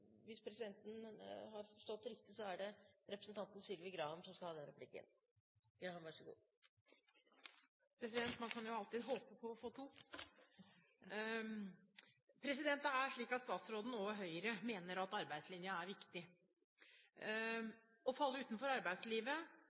Hvis presidenten har forstått det riktig, er det representanten Sylvi Graham som skal ha den replikken. Man kan jo alltids håpe på å få to replikker. Statsråden, og Høyre, mener at arbeidslinjen er viktig. Å falle utenfor arbeidslivet